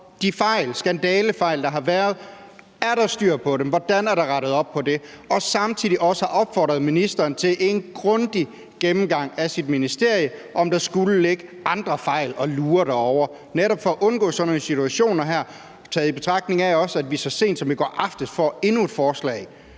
de skandalefejl, der har været – er der styr på det, og hvordan er der rettet op på det? – og samtidig også har opfordret ministeren til at foretage en grundig gennemgang af sit ministerium for at se, om der skulle ligge andre fejl og lure derovre netop for at undgå sådan nogle situationer her, også i betragtning af at vi så sent som i går aftes fik endnu et forslag.